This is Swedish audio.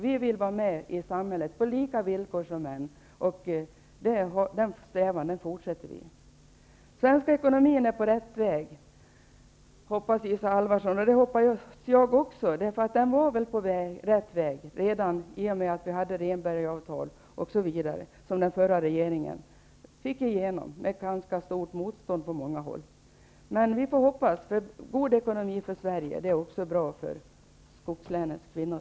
Vi vill vara med i samhället på samma villkor som män. Vi fortsätter med denna strävan. Isa Halvarsson hoppas att den svenska ekonomin är på rätt väg. Det hoppas jag också. Den var väl på rätt väg redan i och med Rehnbergsavtalen, som den förra regeringen fick igenom efter ganska stort motstånd på många håll. Vi får hoppas. God ekonomi för Sverige är också bra för skogslänens kvinnor.